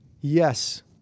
Yes